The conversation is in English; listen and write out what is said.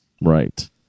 right